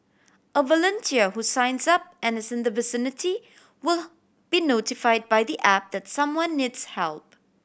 a volunteer who signs up and is in the vicinity will be notified by the app that someone needs help